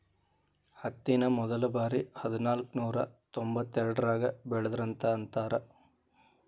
ಹತ್ತಿನ ಮೊದಲಬಾರಿ ಹದನಾಕನೂರಾ ತೊಂಬತ್ತೆರಡರಾಗ ಬೆಳದರಂತ ಅಂತಾರ